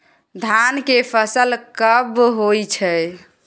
धान के फसल कब होय छै?